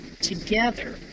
together